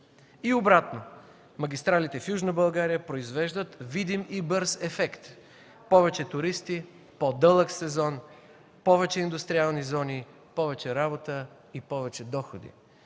И обратно, магистралите в Южна България произвеждат видим и бърз ефект – повече туристи, по-дълъг сезон, повече индустриални зони, повече работа и повече доходи.